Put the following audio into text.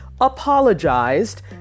apologized